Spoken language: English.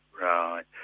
Right